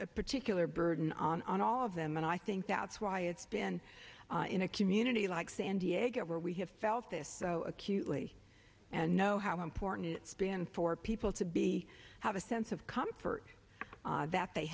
a particular burden on all of them and i think that's why it's been in a community like san diego where we have felt this acutely and know how important it been for people to be have a sense of comfort that they